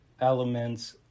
elements